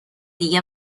دیگه